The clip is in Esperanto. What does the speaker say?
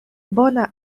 bona